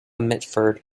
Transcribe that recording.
mitford